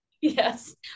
yes